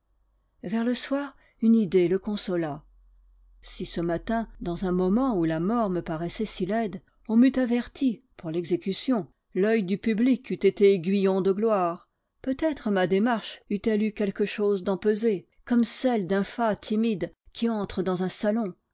vers le soir une idée le consola si ce matin dans un moment où la mort me paraissait si laide on m'eût averti pour l'exécution l'oeil du public eût été aiguillon de gloire peut-être ma démarche eût-elle eu quelque chose d'empesé comme celle d'un fat timide qui entre dans un salon